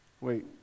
wait